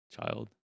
child